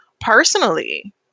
personally